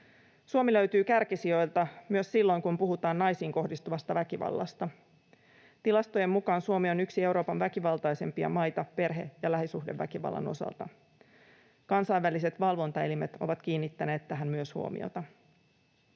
Suomi löytyy kärkisijoilta myös silloin kun puhutaan naisiin kohdistuvasta väkivallasta: tilastojen mukaan Suomi on yksi Euroopan väkivaltaisimpia maita perhe- ja lähisuhdeväkivallan osalta. Myös kansainväliset valvontaelimet ovat kiinnittäneet tähän huomiota.